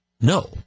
no